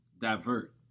divert